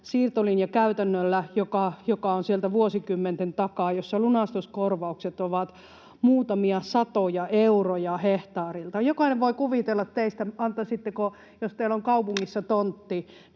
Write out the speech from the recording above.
siirtolinjakäytännöllä, joka on sieltä vuosikymmenten takaa, jolloin lunastuskorvaukset ovat muutamia satoja euroja hehtaarilta. Jokainen teistä voi kuvitella, että jos teillä on kaupungissa hehtaarin